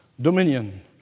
dominion